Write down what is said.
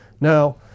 Now